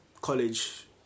college